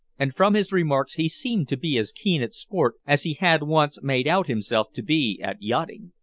and from his remarks he seemed to be as keen at sport as he had once made out himself to be at yachting.